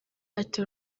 ati